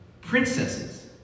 princesses